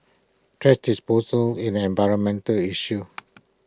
thrash disposal is an environmental issue